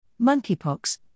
Monkeypox